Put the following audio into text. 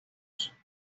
hijos